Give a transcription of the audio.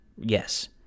Yes